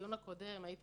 הדיון הקודם הייתי